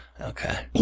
Okay